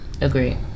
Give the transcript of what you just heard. agree